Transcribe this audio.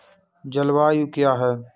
जलवायु क्या है?